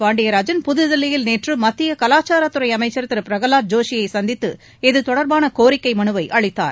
பாண்டியராஜன் புதுதில்லியில் நேற்று மத்திய கலாச்சாரத்துறை அமைச்சர் திரு பிரகலாத் ஜோஷியை சந்தித்து இதுதொடர்பான கோரிக்கை மனுவை அளித்தார்